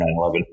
9-11